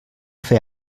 fer